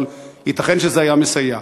אבל ייתכן שזה היה מסייע.